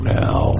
now